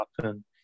happen